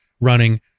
running